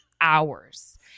hours